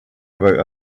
about